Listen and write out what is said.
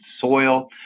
soil